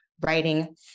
writing